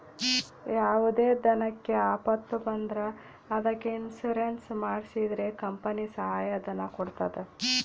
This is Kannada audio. ಯಾವುದೇ ದನಕ್ಕೆ ಆಪತ್ತು ಬಂದ್ರ ಅದಕ್ಕೆ ಇನ್ಸೂರೆನ್ಸ್ ಮಾಡ್ಸಿದ್ರೆ ಕಂಪನಿ ಸಹಾಯ ಧನ ಕೊಡ್ತದ